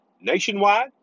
nationwide